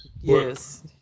yes